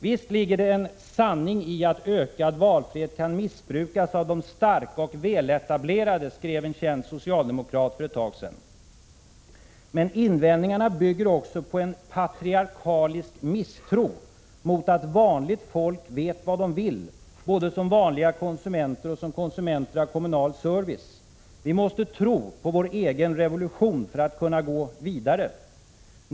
Visst ligger det en sanning i att ökad valfrihet kan missbrukas av de starka och väletablerade, skrev en känd socialdemokrat för ett tag sedan. Men invändningarna bygger också på en patriarkalisk misstro mot att vanligt folk vet vad de vill, både som vanliga konsumenter och som konsumenter av kommunal service. Vi måste tro på vår egen revolution för att kunna gå vidare.